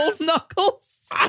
knuckles